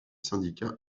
syndicats